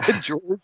George